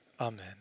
Amen